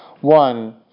one